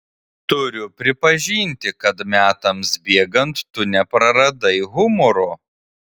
turiu pripažinti kad metams bėgant tu nepraradai humoro